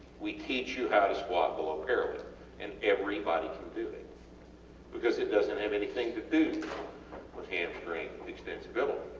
we teach you how to squat below parallel and everybody can do it because it doesnt have anything to do with hamstring extensibility.